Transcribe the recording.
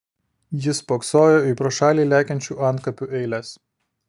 jis spoksojo į pro šalį lekiančių antkapių eiles